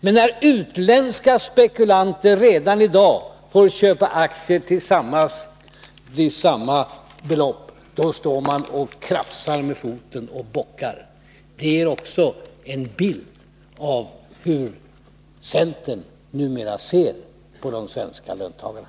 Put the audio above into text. Men när utländska spekulanter redan i dag får köpa aktier till samma belopp står man och krafsar med foten och bockar. Det ger också en bild av hur centern numera ser på de svenska löntagarna.